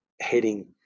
heading